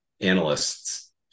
analysts